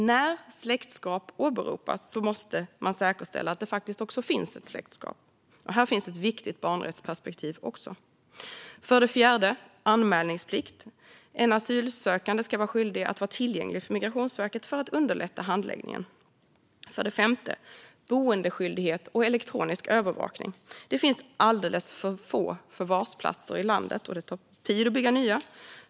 När släktskap åberopas måste man säkerställa att det faktiskt finns ett släktskap. Här finns också ett viktigt barnrättsperspektiv. Anmälningsplikt. En asylsökande ska vara skyldig att vara tillgänglig för Migrationsverket för att underlätta handläggningen. Boendeskyldighet och elektronisk övervakning. Det finns alldeles för få förvarsplatser i landet, och det tar tid att bygga nya.